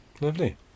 Lovely